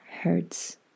hurts